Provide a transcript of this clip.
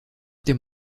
dem